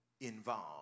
involved